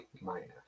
minus